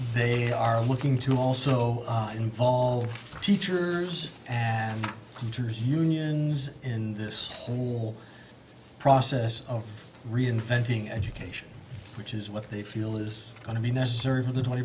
they are looking to also involve teachers and mentors unions in this whole process of reinventing education which is what they feel is going to be necessary for the twenty